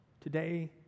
Today